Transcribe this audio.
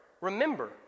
remember